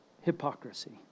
hypocrisy